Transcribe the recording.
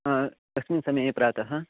आ कस्मिन् समये प्रातः